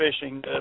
fishing